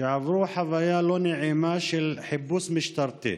שעברו חוויה לא נעימה של חיפוש משטרתי.